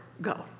go